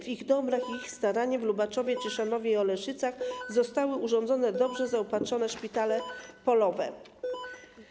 W ich dobrach i ich staraniem w Lubaczowie, Cieszanowie i Oleszycach zostały urządzone dobrze zaopatrzone szpitale polowe.